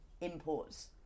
imports